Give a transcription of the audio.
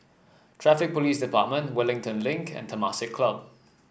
Traffic Police Department Wellington Link and Temasek Club